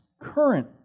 current